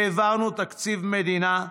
העברנו תקציב מדינה,